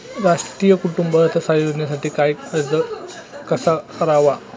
राष्ट्रीय कुटुंब अर्थसहाय्य योजनेसाठी अर्ज कसा करावा?